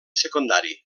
secundari